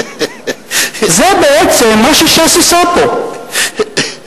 זה בעצם מה שש"ס עושה פה,